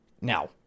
now